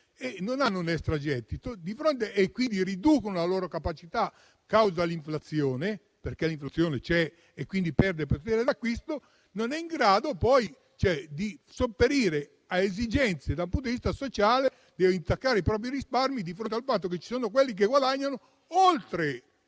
e non hanno un extragettito, per cui riducono la loro capacità a causa dell'inflazione - perché l'inflazione c'è - e quindi perdono potere d'acquisto. Essi non sono pertanto in grado di sopperire a esigenze dal punto di vista sociale e intaccano i propri risparmi di fronte al fatto che ci sono persone che guadagnano oltre